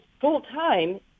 full-time